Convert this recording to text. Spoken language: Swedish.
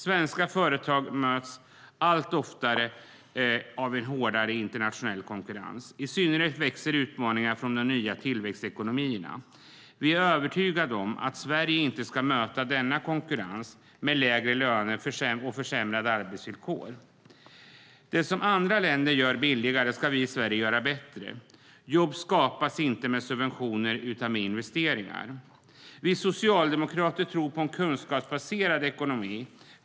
Svenska företag möts allt oftare av en hårdare internationell konkurrens. I synnerhet växer utmaningarna från de nya tillväxtekonomierna. Vi är övertygade om att Sverige inte ska möta denna konkurrens med lägre löner och försämrade arbetsvillkor. Det som andra länder gör billigare ska vi i Sverige göra bättre. Jobb skapas inte med subventioner utan med investeringar. Vi socialdemokrater tror på en kunskapsbaserad ekonomi.